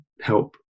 help